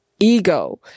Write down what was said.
ego